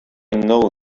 know